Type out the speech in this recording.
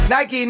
Nike